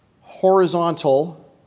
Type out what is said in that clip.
horizontal